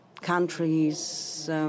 countries